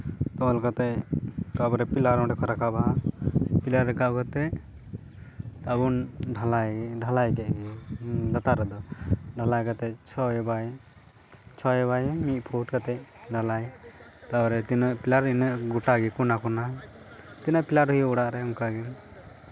ᱛᱚᱞ ᱠᱟᱛᱮᱫ ᱛᱟᱨᱯᱚᱨᱮ ᱯᱤᱞᱟᱨ ᱚᱰᱮ ᱠᱚ ᱨᱟᱠᱟᱵᱟ ᱯᱤᱞᱟᱨ ᱨᱟᱠᱟᱵᱽ ᱠᱟᱛᱮᱫ ᱟᱨᱵᱚᱱ ᱰᱷᱟᱞᱟᱭ ᱰᱷᱟᱞᱟᱭ ᱠᱮᱫ ᱜᱮ ᱞᱟᱛᱟᱨ ᱨᱮᱫᱚ ᱰᱷᱟᱞᱟᱭ ᱠᱟᱛᱮᱫ ᱪᱷᱚᱭ ᱵᱟᱭ ᱪᱷᱚᱭ ᱵᱟᱭ ᱢᱤᱫ ᱯᱷᱩᱴ ᱠᱟᱛᱮᱫ ᱰᱷᱟᱞᱟᱭ ᱛᱟᱨᱯᱚᱨ ᱛᱤᱱᱟᱹᱜ ᱯᱤᱞᱟᱨ ᱤᱱᱟᱹᱜ ᱜᱳᱴᱟᱜᱮ ᱠᱚᱱᱟ ᱠᱚᱱᱟ ᱛᱤᱱᱟᱹᱜ ᱯᱤᱞᱟᱨ ᱦᱩᱭᱩᱜ ᱚᱲᱟᱜ ᱨᱮ ᱚᱱᱠᱟ ᱜᱮ